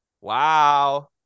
Wow